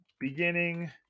Beginning